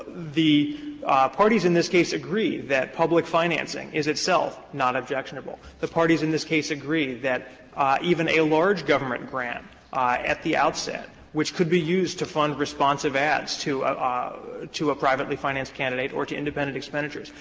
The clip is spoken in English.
the parties in this case agree that public financing is itself not objectionable. the parties in this case agree that even a large government grant at the outset which could be used to fund responsive ads to a ah to a privately financed candidate or to independent expenditures,